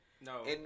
No